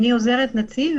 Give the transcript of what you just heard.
תפקידי אני עוזרת נציב,